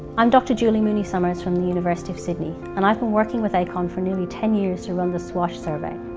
i'm dr. julie mooney-summers from the university of sydney and i've been working with acon for nearly ten years to run the swash survey.